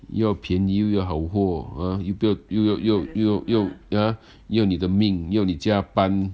又要便宜又要好货 !huh! 又不要又要又要 ah 又要你的命又要你加班